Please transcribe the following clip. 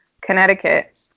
Connecticut